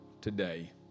today